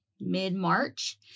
mid-March